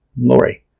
Lori